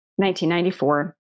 1994